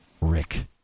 Rick